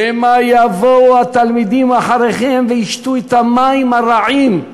שמא יבואו התלמידים אחריכם וישתו את המים הרעים.